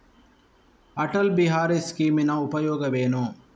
ಅಟಲ್ ಬಿಹಾರಿ ಸ್ಕೀಮಿನ ಉಪಯೋಗವೇನು?